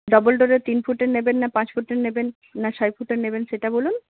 double ডোরের তিন ফুটের নেবেন না পাঁচ ফুটের নেবেন না ছয় ফুটের নেবেন সেটা বলুন